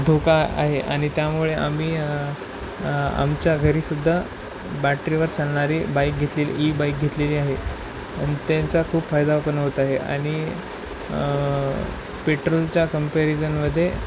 धोका आहे आणि त्यामुळे आम्ही आमच्या घरीसुद्धा बॅटरीवर चालणारी बाईक घेतलेली ई बाईक घेतलेली आहे आणि त्यांचा खूप फायदा पण होत आहे आणि पेट्रोलच्या कंपॅरिजनमध्ये